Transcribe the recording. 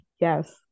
Yes